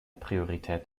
priorität